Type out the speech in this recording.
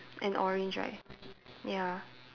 and orange right ya